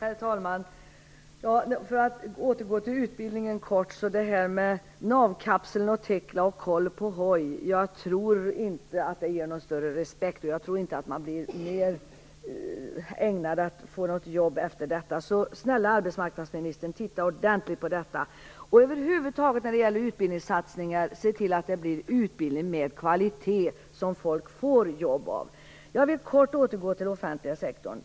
Herr talman! För att kort återgå till utbildningen och det här med "Navkapseln och Tekla" och "Koll på hoj": Jag tror inte att det ger någon större respekt, och jag tror inte att man har lättare att få något jobb efter det. Så snälla arbetsmarknadsministern, titta ordentligt på detta och se till, när det gäller utbildningssatsningar över huvud taget, att det blir utbildning med kvalitet som leder till att folk får jobb! Jag vill kort återgå till den offentliga sektorn.